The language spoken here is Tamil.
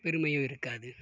பெறுமையும் இருக்காது